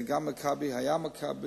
זה גם "מכבי", היה "מכבי"